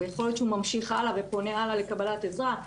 יכול להיות שהוא ממשיך ופונה הלאה לקבלת עזרה.